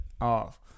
off